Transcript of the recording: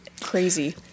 crazy